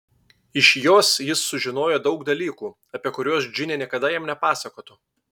iš jos jis sužinojo daug dalykų apie kuriuos džinė niekada jam nepasakotų